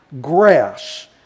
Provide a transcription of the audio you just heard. grass